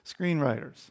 screenwriters